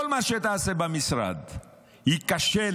כל מה שתעשה במשרד ייכשל.